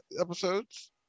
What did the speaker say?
episodes